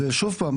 ושוב פעם,